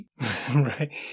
Right